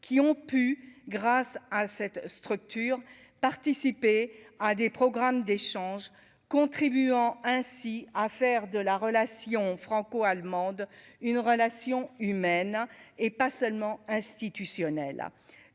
qui ont pu, grâce à cette structure, participer à des programmes d'échanges, contribuant ainsi à faire de la relation franco-allemande une relation humaine et pas seulement institutionnels